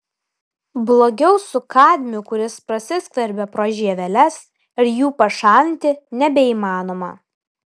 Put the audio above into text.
blogiau su kadmiu kuris prasiskverbia pro žieveles ir jų pašalinti nebeįmanoma